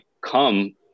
come